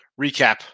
Recap